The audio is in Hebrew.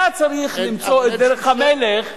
אתה צריך למצוא את דרך המלך,